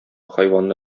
хайванны